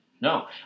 No